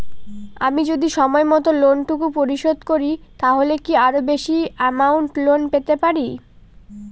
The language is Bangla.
আমি যদি সময় মত লোন টুকু পরিশোধ করি তাহলে কি আরো বেশি আমৌন্ট লোন পেতে পাড়ি?